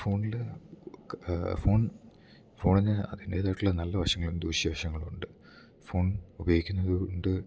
ഫോണിൽ ഫോൺ ഫോണിന് അതിന്റെതായിട്ട് ഉള്ള നല്ല വശങ്ങളും ദൂഷ്യ വശങ്ങളും ഉണ്ട് ഫോൺ ഉപയോഗിക്കുന്നത് കൊണ്ട്